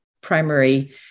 primary